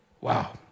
Wow